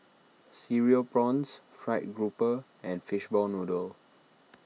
Cereal Prawns Fried Grouper and Fishball Noodle